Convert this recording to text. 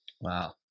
Wow